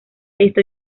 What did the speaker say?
esto